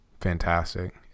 fantastic